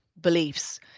beliefs